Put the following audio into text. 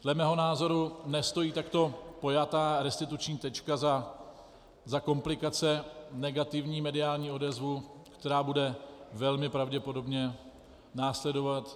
Dle mého názoru nestojí takto pojatá restituční tečka za komplikace, negativní mediální odezvu, která bude velmi pravděpodobně následovat.